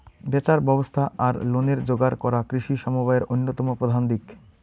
ব্যাচার ব্যবস্থা আর লোনের যোগার করা কৃষি সমবায়ের অইন্যতম প্রধান দিক